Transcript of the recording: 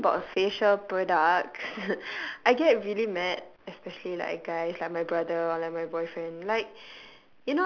speaking about facial products I get really mad especially like guys like my brother or like my boyfriend like